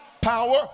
power